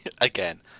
again